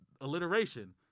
alliteration